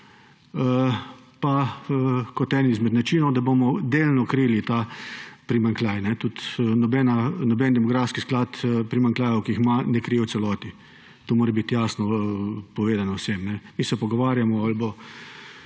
družbe in način, da bomo delno krili ta primanjkljaj, saj noben demografski sklad primanjkljajev, ki jih ima, ne krije v celoti, to mora biti jasno povedano vsem. Mi se pogovarjamo, ali bo